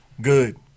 Good